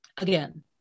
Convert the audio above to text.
again